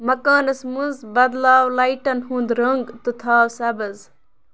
مکانَس منٛز بدلاو لایٹَن ہُنٛد رنٛگ تہٕ تھاو سَبٕز